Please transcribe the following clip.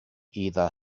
either